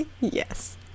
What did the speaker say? Yes